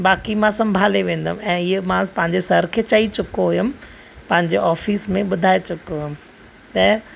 बाक़ी मां सभांले वेंदमि ऐं हीअ मां पंहिंजे सर खें चई चुको हुअमि पंहिंजे ऑफिस में ॿुधाए चुको हुअमि त